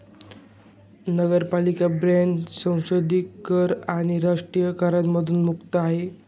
नगरपालिका बॉण्ड सांघिक कर आणि राज्य करांमधून मुक्त आहे